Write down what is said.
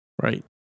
Right